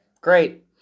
great